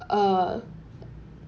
uh